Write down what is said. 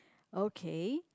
okay